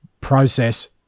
process